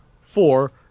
Four